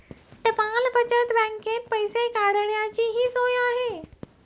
टपाल बचत बँकेत पैसे काढण्याचीही सोय आहे